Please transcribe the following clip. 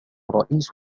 رئيس